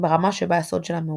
שבה הסוד שלה מאובטח.